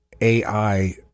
AI